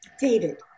David